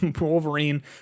Wolverine